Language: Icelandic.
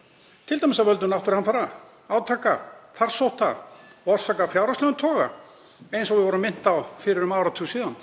á, t.d. af völdum náttúruhamfara, átaka, farsótta eða orsaka af fjárhagslegum toga, eins og við vorum minnt á fyrir um áratug síðan.